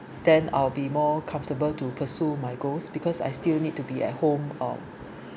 then I'll be more comfortable to pursue my goal because I still need to be at home uh